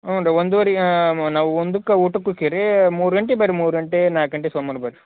ಹ್ಞೂ ರೀ ಒಂದೂವರೆ ನಾವು ಒಂದಕ್ಕ ಊಟಕ್ಕ ಹೊಕ್ಕೇರಿ ಮೂರು ಗಂಟೆ ಬನ್ರಿ ಮೂರು ಗಂಟೆ ನಾಲ್ಕು ಗಂಟೆ ಫೋನ್ ಮಾಡಿ ಬನ್ರಿ